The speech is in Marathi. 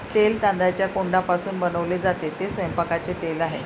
तेल तांदळाच्या कोंडापासून बनवले जाते, ते स्वयंपाकाचे तेल आहे